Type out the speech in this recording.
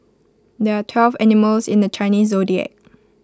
there are twelve animals in the Chinese Zodiac